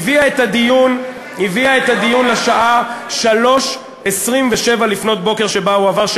הביאה את הדיון לשעה 03:27, שבה הוא עבר.